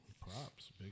props